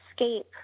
escape